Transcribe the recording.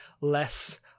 less